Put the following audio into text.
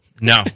No